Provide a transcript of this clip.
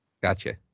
Gotcha